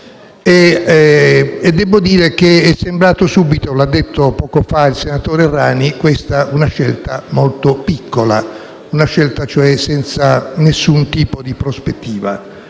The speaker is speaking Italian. Devo dire che questa è sembrata subito - l'ha detto poco fa il senatore Errani - una scelta molto piccola, una scelta, cioè, senza nessun tipo di prospettiva.